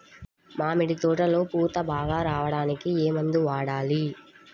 మామిడి తోటలో పూత బాగా రావడానికి ఏ మందు వాడాలి?